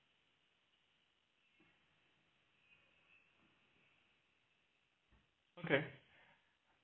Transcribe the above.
okay